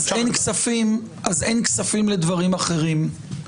אז אין כספים לדברים אחרים.